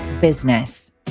business